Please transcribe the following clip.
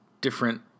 different